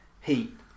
Heat